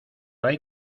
hay